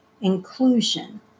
inclusion